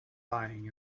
lying